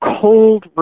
cold